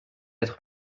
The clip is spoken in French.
être